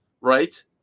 right